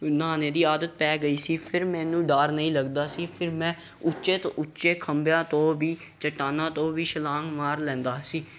ਨਹਾਉਣੇ ਦੀ ਆਦਤ ਪੈ ਗਈ ਸੀ ਫਿਰ ਮੈਨੂੰ ਡਰ ਨਹੀਂ ਲੱਗਦਾ ਸੀ ਫਿਰ ਮੈਂ ਉੱਚੇ ਤੋਂ ਉੱਚੇ ਖੰਭਿਆਂ ਤੋਂ ਵੀ ਚੱਟਾਨਾਂ ਤੋਂ ਵੀ ਛਲਾਂਗ ਮਾਰ ਲੈਂਦਾ ਸੀ